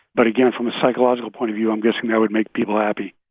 but again, from a psychological point of view, i'm guessing that would make people happy